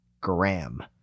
Gram